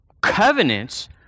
covenants